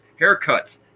haircuts